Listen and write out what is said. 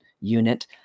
unit